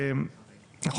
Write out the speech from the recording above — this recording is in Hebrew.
אתה יודע,